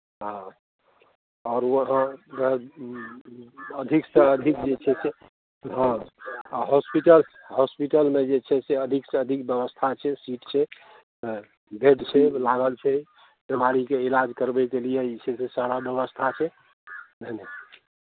हँ आओर वहाँ अधिकसँ अधिक जे छै से हँ हॉस्पिटल हॉस्पिटलमे जे छै से अधिक से अधिक व्यवस्था छै सीट छै हँ बेड से लागल छै बीमारीके इलाज करबयके लिए जे छै से सारा व्यवस्था छै बुझलियै